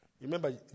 Remember